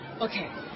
Okay